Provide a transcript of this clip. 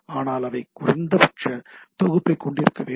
ஆனால் அவை குறைந்தபட்ச தொகுப்பைக் கொண்டிருக்க வேண்டும்